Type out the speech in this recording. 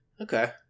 Okay